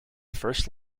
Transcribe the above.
first